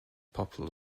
popular